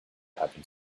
happened